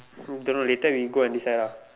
don't know later we go and decide ah